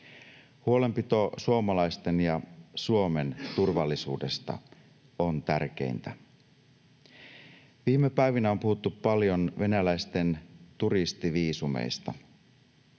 Huolenpito suomalaisten ja Suomen turvallisuudesta on tärkeintä. Viime päivinä on puhuttu paljon venäläisten turistiviisumeista.